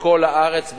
בכל הארץ,